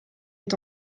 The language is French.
est